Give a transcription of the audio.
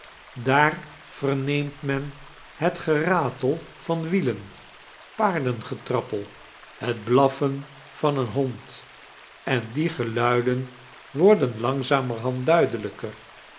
daar verneemt men het geratel van wielen paardengetrappel het blaffen van een hond en die geluiden worden langzamerhand duidelijker